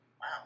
Wow